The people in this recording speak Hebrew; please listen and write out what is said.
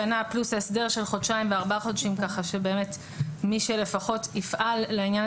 אני רוצה להציע הסדר שמועד התחילה יהיה שנה,